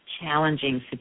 challenging